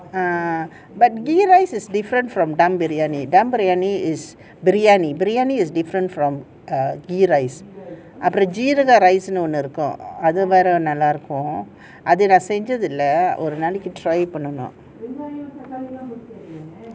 ah but ghee rice is different from dum briyani dum briyani is biryani biryani is different from err ghee rice அப்புறம் சீரகம் நு ஒன்னு இருக்கும் ஒருநாளைக்கி அத நான்:appuram seeragamnu onnu irukku orunaalakki atha can try பண்ணனும்:pannanum